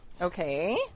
Okay